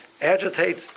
agitate